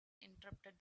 interrupted